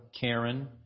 Karen